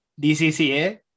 DCCA